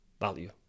value